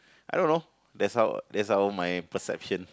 I don't know that's how that's how my perception